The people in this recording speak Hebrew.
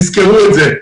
תזכרו את זה.